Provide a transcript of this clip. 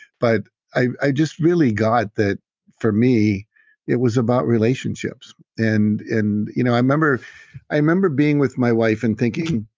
but i just really got that for me it was about relationships. and you know i remember i remember being with my wife and thinking,